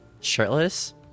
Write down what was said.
shirtless